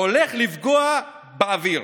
שהולך לפגוע באוויר